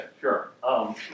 sure